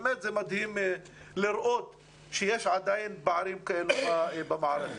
באמת מדהים לראות שיש עדיין פערים כאלה במערכת.